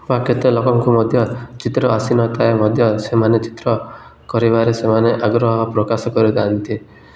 ବା କେତେ ଲୋକଙ୍କୁ ମଧ୍ୟ ଚିତ୍ର ଆସି ନ ଥାଏ ମଧ୍ୟ ସେମାନେ ଚିତ୍ର କରିବାରେ ସେମାନେ ଆଗ୍ରହ ପ୍ରକାଶ କରିଥାନ୍ତି